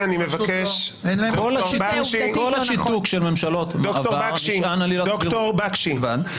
כל השיתוק של ממשלות מעבר --- ד"ר בקשי, תודה.